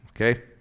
okay